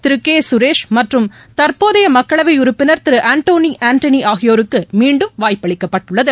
திருகேகரேஷ் மற்றும் தற்போதையமக்களவைஉறுப்பினர் திருஆன்டோஆன்டனிஆகியோருக்குமீண்டும் வாய்ப்பளிக்கப்பட்டது